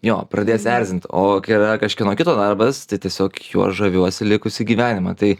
jo pradės erzint o kai yra kažkieno kito darbas tai tiesiog juo žaviuosi likusį gyvenimą tai